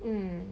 mm